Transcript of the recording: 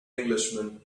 englishman